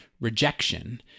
rejection